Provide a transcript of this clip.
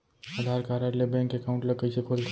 आधार card ले bank account ल कइसे खोलथे?